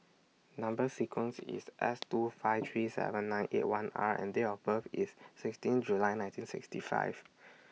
Number sequence IS S two five three seven nine eight one R and Date of birth IS sixteen July nineteen sixty five